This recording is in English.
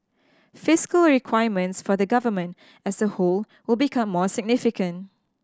fiscal requirements for the Government as a whole will become more significant